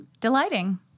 Delighting